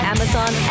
Amazon